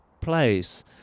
place